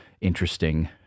interesting